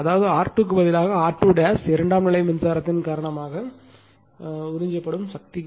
அதாவது R2 பதிலாக R2 இரண்டாம் நிலை மின்சாரத்தின் காரணமாக உறிஞ்சப்படும் சக்தி